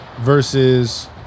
versus